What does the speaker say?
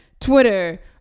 Twitter